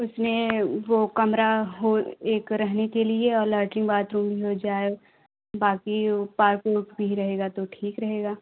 उसमें वह कमरा हो एक रहने के लिए और लेट्रिन बाथरूम हो जाए बाक़ी पार्क उर्क भी रहेगा तो ठीक रहेगा